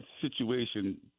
situation